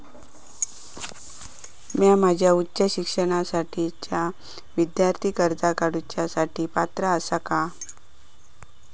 म्या माझ्या उच्च शिक्षणासाठीच्या विद्यार्थी कर्जा काडुच्या साठी पात्र आसा का?